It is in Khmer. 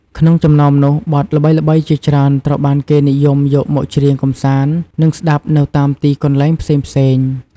ក្នុងចំណោមនោះ បទល្បីៗជាច្រើនត្រូវបានគេនិយមយកមកច្រៀងកម្សាន្ត និងស្តាប់នៅតាមទីកន្លែងផ្សេងៗ។